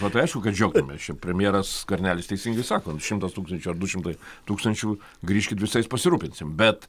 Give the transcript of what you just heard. nu tai aišku kad džiaugtumės čia premjeras skvernelis teisingai sako šimtas tūkstančių ar du šimtai tūkstančių grįžkit visais pasirūpinsim bet